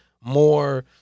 more